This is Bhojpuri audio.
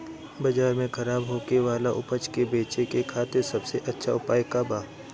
बाजार में खराब होखे वाला उपज को बेचे के खातिर सबसे अच्छा उपाय का बा?